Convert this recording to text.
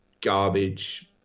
garbage